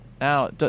Now